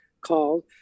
called